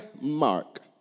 Mark